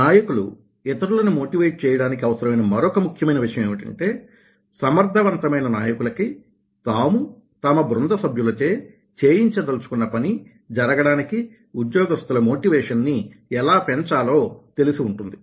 నాయకులు ఇతరులను మోటివేట్ చేయడానికి అవసరమైన మరొక ముఖ్యమైన విషయం ఏమిటంటే సమర్థవంతమైన నాయకులకి తాము తమ బృంద సభ్యులచే చేయించదలుచుకున్న పని జరగడానికి ఉద్యోగస్తుల మోటివేషన్ ని ఎలా పెంచాలో తెలిసి ఉంటుంది